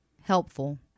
Helpful